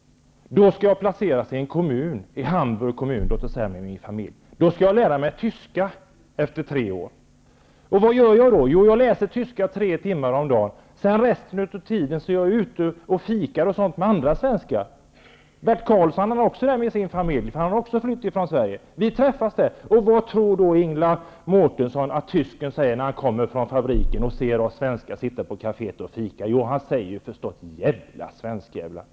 Då skall jag placeras i en kommun, låt oss säga Hamburgs kommun, med min familj. Då skall jag lära mig tyska, efter tre år. Vad gör jag då? Jo, jag läser tyska tre timmar om dagen. Resten av tiden är jag ute och fikar med andra svenskar. Bert Karlsson är också där med sin familj, för han har också flytt från Sverige. Vi träffas. Vad tror då Ingela Mårtensson att tysken säger när han kommer från fabriken och ser oss svenskar sitta på kaféet och fika? Jo, han säger förstås: ''Djävla svenskdjävlar.''